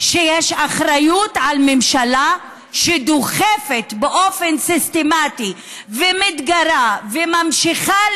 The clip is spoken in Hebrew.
שיש אחריות לממשלה שדוחפת באופן סיסטמטי ומתגרה וממשיכה